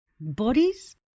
Bodies